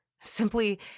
simply